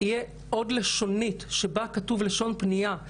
תהיה לשונית נוספת שבה כתובה לשון הפנייה,